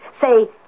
Say